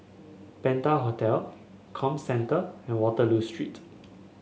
Penta Hotel Comcentre and Waterloo Street